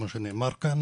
כמו שנאמר כאן,